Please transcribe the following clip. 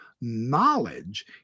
knowledge